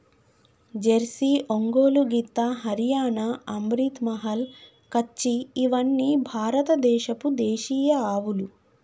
Jersey, Ongole గిత్త, హరియాణా, అమ్రిత్ మహల్, కచ్చి ఇవ్వని భారత దేశపు దేశీయ ఆవులు